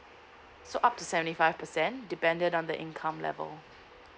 so up to seventy five percent depended on the income level